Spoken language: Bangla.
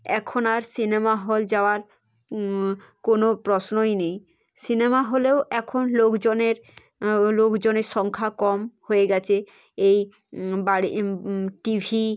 এখন আর সিনেমা হল যাওয়ার কোনো প্রশ্নই নেই সিনেমা হলেও এখন লোকজনের লোকজনের সংখ্যা কম হয়ে গিয়েছে এই বারে টিভি